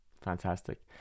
Fantastic